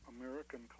American